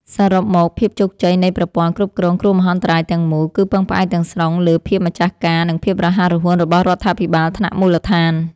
សរុបមក ភាពជោគជ័យនៃប្រព័ន្ធគ្រប់គ្រងគ្រោះមហន្តរាយទាំងមូល គឺពឹងផ្អែកទាំងស្រុងលើភាពម្ចាស់ការ និងភាពរហ័សរហួនរបស់រដ្ឋាភិបាលថ្នាក់មូលដ្ឋាន។